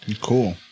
Cool